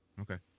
Okay